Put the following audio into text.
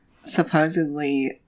supposedly